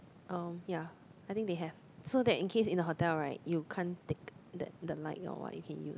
um ya I think they have so that in case in the hotel right you can't take that the light or what you can use